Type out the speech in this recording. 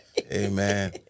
Amen